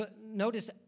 Notice